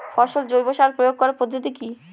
ফসলে জৈব সার প্রয়োগ করার পদ্ধতি কি?